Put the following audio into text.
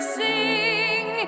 sing